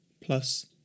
plus